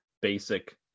basic